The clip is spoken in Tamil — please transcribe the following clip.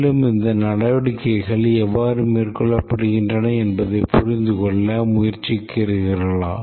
மேலும் இந்த நடவடிக்கைகள் எவ்வாறு மேற்கொள்ளப்படுகின்றன என்பதைப் புரிந்து கொள்ள முயற்சிக்கிறீர்களா